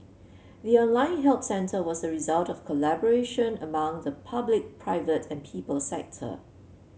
the online help centre was a result of collaboration among the public private and people sector